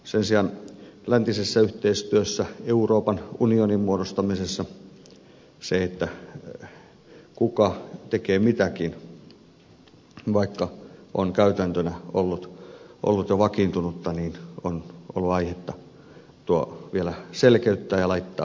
sen sijaan läntisessä yhteistyössä euroopan unionin muodostamisessa se kuka tekee mitäkin vaikka se on käytäntönä ollut jo vakiintunutta on ollut aihetta vielä selkeyttää ja laittaa ihan paperille